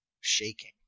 shaking